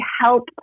help